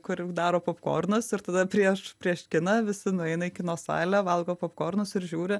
kur jau daro popkornus ir tada prieš prieš kiną visi nueina į kino salę valgo popkornus ir žiūri